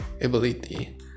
ability